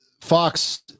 Fox